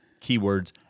keywords